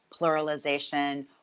pluralization